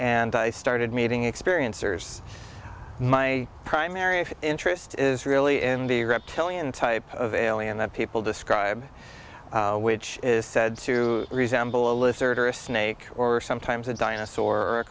and i started meeting experiencers my primary interest is really in the reptilian type of alien that people describe which is said to resemble a lizard or a snake or sometimes a dinosaur a